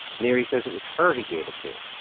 miri says it was her he gave it to,